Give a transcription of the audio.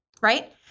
right